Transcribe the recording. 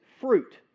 fruit